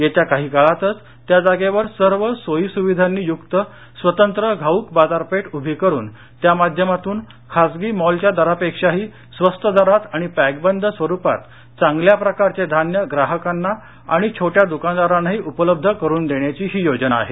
येत्या काही काळातच त्या जागेवर सर्व सोयीसुविधांनी युक्त स्वतंत्र घाऊक बाजारपेठ उभी करून त्या माध्यमातून खासगी मॉलच्या दरापेक्षाही स्वस्त दरात आणि पॅकबंद स्वरुपात चांगल्या प्रकारचे धान्य ग्राहकांना आणि छोट्या दुकानदारांनाही उपलब्ध करून देण्याची ही योजना आहे